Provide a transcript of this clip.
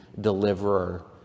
deliverer